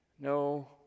No